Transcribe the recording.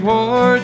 War